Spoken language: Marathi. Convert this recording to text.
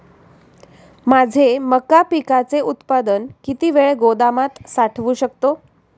माझे मका पिकाचे उत्पादन किती वेळ गोदामात साठवू शकतो?